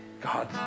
God